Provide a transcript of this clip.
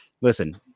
listen